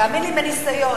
תאמין לי, מניסיון.